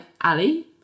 Ali